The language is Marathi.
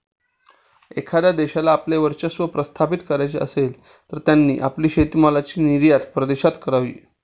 एखाद्या देशाला आपले वर्चस्व प्रस्थापित करायचे असेल, तर त्यांनी आपली शेतीमालाची निर्यात परदेशात करावी